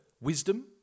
wisdom